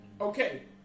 Okay